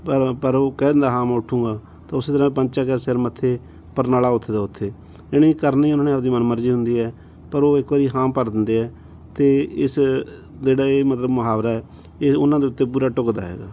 ਪਰ ਪਰ ਉਹ ਕਹਿ ਦਿੰਦਾ ਹਾਂ ਮੈਂ ਉਠੂੰਗਾ ਤਾਂ ਉਸ ਤਰ੍ਹਾਂ ਪੰਚਾਂ ਕਿਹਾ ਸਿਰ ਮੱਥੇ ਪਰਨਾਲਾ ਉੱਥੇ ਦਾ ਉੱਥੇ ਯਾਨੀ ਕਰਨੀ ਉਹਨਾਂ ਨੇ ਆਪਣੀ ਮਨ ਮਰਜ਼ੀ ਹੁੰਦੀ ਹੈ ਪਰ ਉਹ ਇੱਕ ਵਾਰ ਹਾਂ ਭਰ ਦਿੰਦੇ ਆ ਅਤੇ ਇਸ ਜਿਹੜਾ ਇਹ ਮਤਲਬ ਮੁਹਾਵਰਾ ਇਹ ਉਹਨਾਂ ਦੇ ਉੱਤੇ ਪੂਰਾ ਢੁੱਕਦਾ ਹੈਗਾ